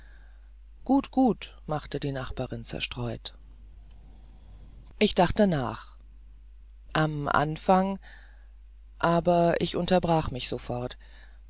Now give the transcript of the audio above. gut gut machte die nachbarin zerstreut ich dachte nach im anfang aber ich unterbrach mich sofort